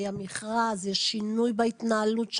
היה מכרז, יש שינוי בהתנהלות?